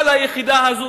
כל היחידה הזאת,